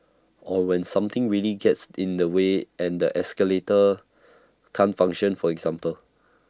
or when something really gets in the way and the escalator can't function for example